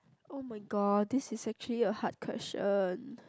!oh-my-god! this is actually a hard question